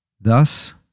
Thus